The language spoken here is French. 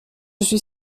suis